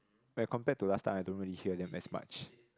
like compared to last time I don't really hear them as much